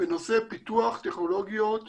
בנושא פיתוח טכנולוגיות